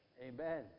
amen